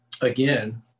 again